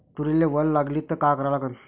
तुरीले वल लागली त का करा लागन?